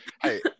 hey